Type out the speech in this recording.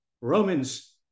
Romans